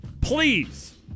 please